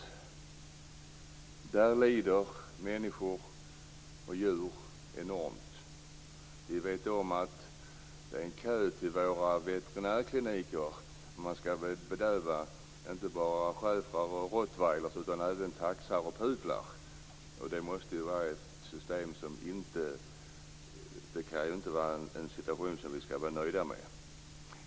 Människor och djur lider enormt. Vi vet att det är köer till våra veterinärkliniker. Det är inte bara schäfrar och rottweiler som skall bedövas, utan även taxar och pudlar. Det kan inte vara en situation vi skall vara nöjda med.